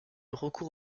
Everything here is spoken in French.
recours